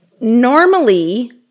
Normally